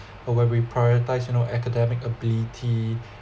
uh when we prioritise you know academic ability